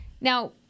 Now